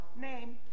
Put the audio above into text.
Name